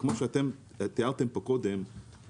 כמו שאתם תיארתם פה קודם,